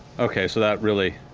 okay, so that really.